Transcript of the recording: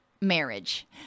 marriage